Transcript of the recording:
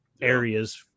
areas